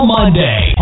Monday